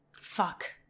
Fuck